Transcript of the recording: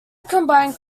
combined